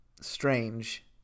strange